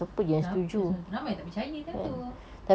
siapa sebe~ ramai tak percaya time tu